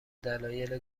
دلایل